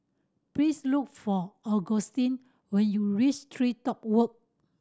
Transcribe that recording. please look for Augustin when you reach TreeTop Walk